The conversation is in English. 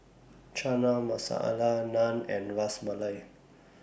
Chana Masala Naan and Ras Malai